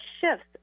shifts